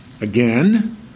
Again